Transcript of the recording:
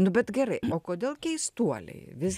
nu bet gerai o kodėl keistuoliai vis